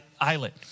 islet